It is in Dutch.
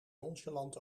nonchalant